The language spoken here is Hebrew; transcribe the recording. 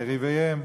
יריביהם.